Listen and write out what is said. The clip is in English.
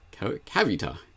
Cavita